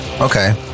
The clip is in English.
okay